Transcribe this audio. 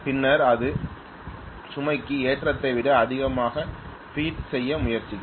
பின்னர் அது சுமைக்கு ஏற்றதை விட அதிகமாக பீடு செய்ய முயற்சிக்கும்